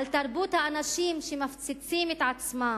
על תרבות האנשים שמפציצים את עצמם.